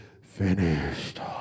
finished